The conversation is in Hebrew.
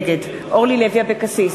נגד מיקי לוי, נגד אורלי לוי אבקסיס,